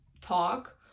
talk